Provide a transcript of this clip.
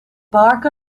bark